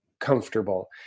comfortable